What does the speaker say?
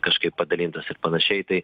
kažkaip padalintas ir panašiai tai